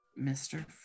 Mr